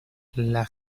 las